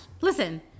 listen